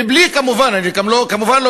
כמובן בלי,